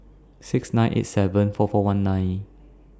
six nine eight seven four four one nine